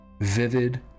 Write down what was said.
Vivid